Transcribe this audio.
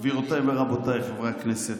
גבירותיי ורבותיי חברי הכנסת.